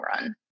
run